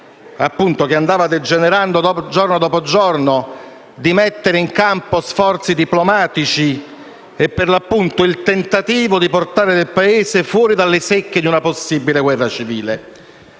che andava degenerando giorno dopo giorno, di mettere in campo sforzi diplomatici e un tentativo di portare il Paese fuori dalle secche di una possibile guerra civile.